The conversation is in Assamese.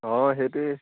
অঁ সেইটোৱে